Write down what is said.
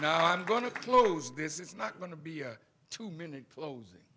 be i'm going to close this is not going to be a two minute closing